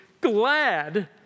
glad